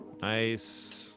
Nice